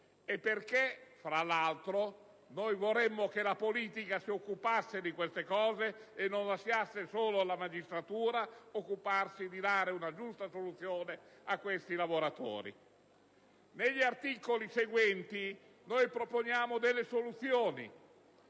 perché, fra l'altro, noi vorremmo che la politica si occupasse di queste cose e non lasciasse solo alla magistratura il compito di dare una giusta soluzione a questi lavoratori. Negli emendamenti seguenti proponiamo delle soluzioni